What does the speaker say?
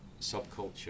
subculture